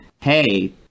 hey